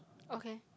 okay